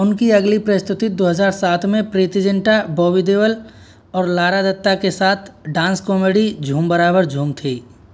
उनकी अगली प्रस्तुति दो हज़ार सात में प्रीति जिंटा बॉबी देओल और लारा दत्ता के साथ डांस कॉमेडी झूम बराबर झूम थी